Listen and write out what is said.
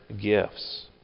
gifts